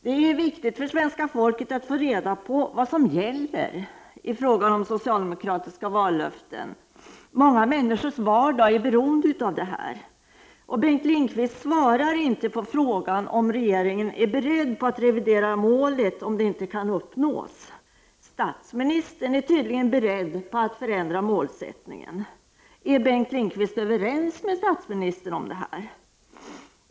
Det är ju viktigt för svenska folket att få reda på vad som gäller i fråga om socialdemokratiska vallöften. Många människors vardag är beroende av detta. Bengt Lindqvist svarar inte på frågan om regeringen är beredd att revidera målet om detta inte kan uppnås. Statsministern är tydligen beredd att ändra målsättningen. Är Bengt Lindqvist överens med statsministern om detta?